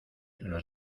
los